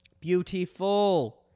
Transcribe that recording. beautiful